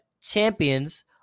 champions